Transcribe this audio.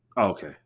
Okay